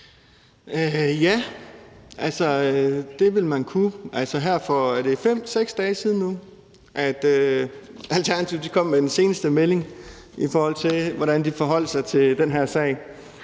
Ja, det ville man kunne. Altså, her for 5-6 dage siden kom Alternativet med den seneste melding, i forhold til hvordan de forholdt sig til den her sag.